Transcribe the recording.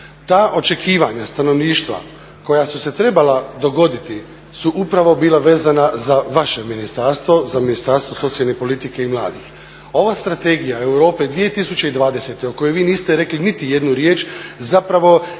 Ta očekivanja stanovništva koja su se trebala dogoditi su upravo bila vezana za vaše ministarstvo, za Ministarstvo socijalne politike i mladih. Ova strategija Europe 2020. o kojoj vi niste rekli niti jednu riječ zapravo